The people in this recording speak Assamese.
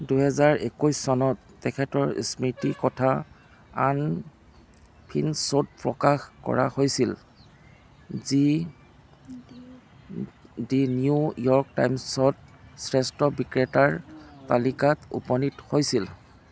দুহেজাৰ একৈছ চনত তেখেতৰ স্মৃতিকথা আনফিনিচ'ড প্ৰকাশ কৰা হৈছিল যি দি নিউ ইয়ৰ্ক টাইম্ছত শ্ৰেষ্ঠ বিক্ৰেতাৰ তালিকাত উপনীত হৈছিল